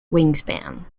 wingspan